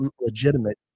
legitimate